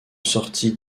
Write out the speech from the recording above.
sortie